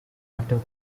active